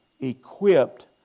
equipped